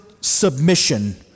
submission